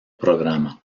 programa